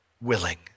willing